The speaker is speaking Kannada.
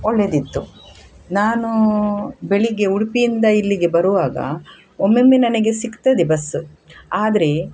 ಒಳ್ಳೆಯದಿತ್ತು ನಾನು ಬೆಳಿಗ್ಗೆ ಉಡುಪಿಯಿಂದ ಇಲ್ಲಿಗೆ ಬರುವಾಗ ಒಮ್ಮೊಮ್ಮೆ ನನಗೆ ಸಿಗ್ತದೆ ಬಸ್ಸು ಆದರೆ